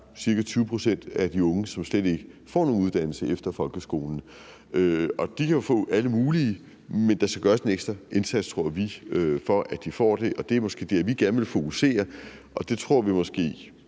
ca. 20 pct. af de unge, som slet ikke får nogen uddannelse efter folkeskolen. De kan jo få alle mulige uddannelser, men der skal gøres en ekstra indsats, tror vi, for at de får det, og det er måske der, vi gerne vil fokusere. Det tror vi bedre vi